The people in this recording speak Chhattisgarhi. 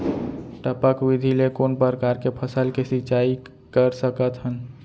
टपक विधि ले कोन परकार के फसल के सिंचाई कर सकत हन?